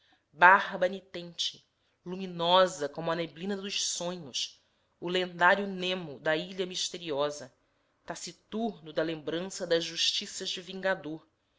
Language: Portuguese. barba nitente luminosa como a neblina dos sonhos o lendário nemo da ilha misteriosa taciturno da lembrança das justiças de vingador